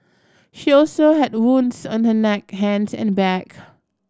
she also had wounds on her neck hands and back